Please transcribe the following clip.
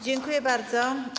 Dziękuję bardzo.